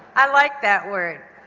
i like that word.